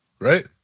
right